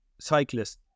cyclists